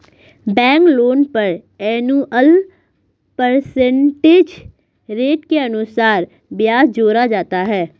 bank loan पर annual percentage rate के अनुसार ब्याज जोड़ा जाता है